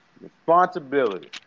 Responsibility